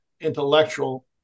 intellectual